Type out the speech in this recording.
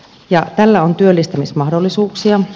ja tällä on työllistämismahdollisuuksia